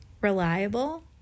reliable